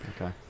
Okay